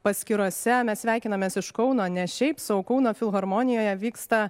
paskyrose mes sveikinamės iš kauno ne šiaip sau kauno filharmonijoje vyksta